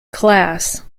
class